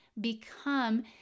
become